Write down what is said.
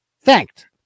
thanked